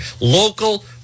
Local